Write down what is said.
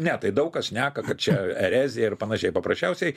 ne tai daug kas šneka kad čia erezija ir panašiai paprasčiausiai